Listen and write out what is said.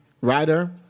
writer